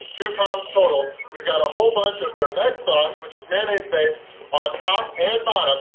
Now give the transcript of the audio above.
two pounds total! we've got a whole bunch of their meg sauce, which is mayonnaise-based on top and bottom.